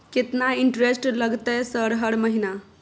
केतना इंटेरेस्ट लगतै सर हर महीना?